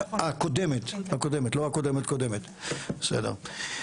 הקודמת לא הקודמת קודמת בסדר.